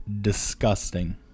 disgusting